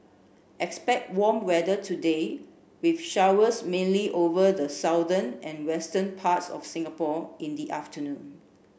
expect warm weather today with showers mainly over the southern and western parts of Singapore in the afternoon